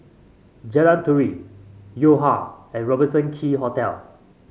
Jalan Turi Yo Ha and Robertson Quay Hotel